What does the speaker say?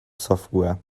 software